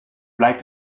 blijkt